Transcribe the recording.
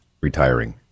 retiring